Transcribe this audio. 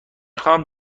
خواهم